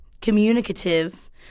communicative